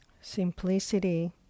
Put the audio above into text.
simplicity